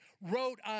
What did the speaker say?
wrote